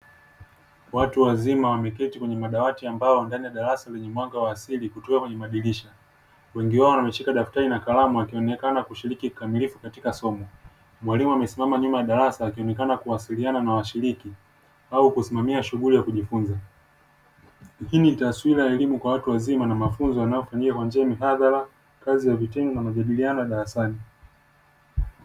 Watu wazima wameketi kwenye madawati ya mbao ndani ya darasa lenye mwanga wa asili kutoka kwenye madirisha, wengi wao wameshika daftari na kalamu wakionekana kushiriki kikamilifu katika somo. Mwalimu amesimama nyuma ya darasa akionekana kuwasiliana na washiriki au kusimamia shughuli ya kujifunza. Hii ni taswira ya elimu kwa watu wazima na mafunzo yanayofanyika kwa njia ya mihadhara, kazi ya vitendo na majadiliano ya darasani.